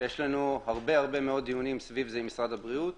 יש לנו הרבה דיונים סביב משרד הבריאות.